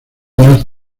minas